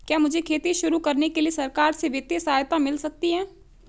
क्या मुझे खेती शुरू करने के लिए सरकार से वित्तीय सहायता मिल सकती है?